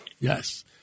yes